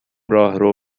راهرو